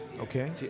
Okay